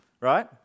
right